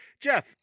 Jeff